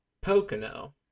Pocono